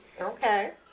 Okay